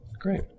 Great